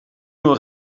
nur